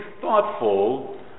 thoughtful